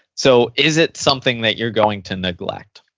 so, is it something that you're going to neglect?